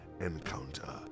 encounter